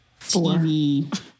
TV